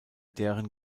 deren